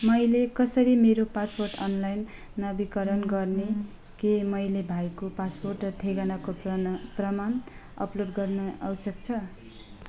मैले कसरी मेरो पासपोर्ट अनलाइन नवीकरण गर्ने के मैले भाइको पासपोर्ट र ठेगानाको प्रमा प्रमाण अपलोड गर्न आवश्यक छ